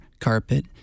carpet